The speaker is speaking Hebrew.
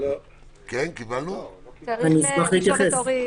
אשמח להתייחס.